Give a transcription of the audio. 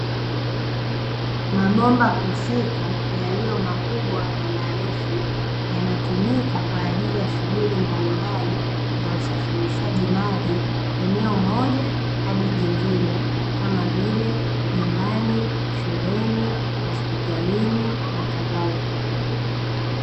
Mabomba husika yaliyo makubwa na marefu yanatumika kwa ajili ya shughuli mbalimbali za usafirishaji maji, eneo moja hadi jingine, kama vile; nyumbani, shuleni, hospitalini na kadhalika.